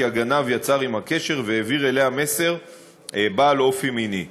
הגנב יצר עמה קשר והעביר אליה מסר בעל אופי מיני.